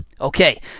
Okay